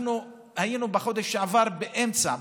אנחנו היינו בחודש שעבר באמצע,